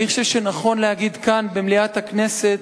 אני חושב שנכון להגיד כאן, במליאת הכנסת,